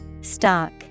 Stock